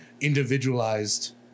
individualized